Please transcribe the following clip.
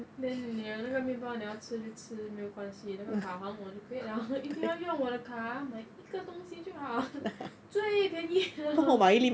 then 你的那个包你要吃就吃没有关系那个卡还我可以了 一定要用我的卡啊买一个东西就好最便宜的